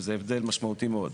שזה הבדל משמעותי מאוד.